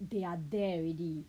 they are there already